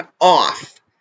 off